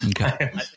Okay